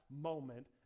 moment